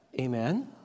Amen